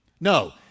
No